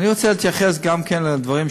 אני רוצה להתייחס גם כן לדברים,